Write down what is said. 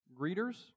greeters